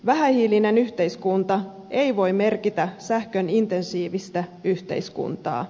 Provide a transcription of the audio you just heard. vähähiilinen yhteiskunta ei voi merkitä sähköintensiivistä yhteiskuntaa